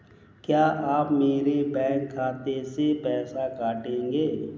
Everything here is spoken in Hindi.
क्या आप मेरे बैंक खाते से पैसे काटेंगे?